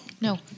No